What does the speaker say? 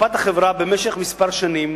מקופת החברה במשך כמה שנים